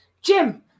Jim